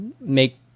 make